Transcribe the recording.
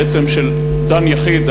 בעצם של דן יחיד,